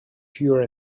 pure